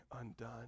undone